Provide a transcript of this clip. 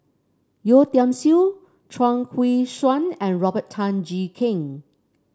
Yeo Tiam Siew Chuang Hui Tsuan and Robert Tan Jee Keng